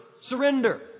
surrender